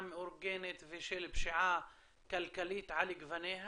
מאורגנת ושל פשיעה כלכלית על גווניה,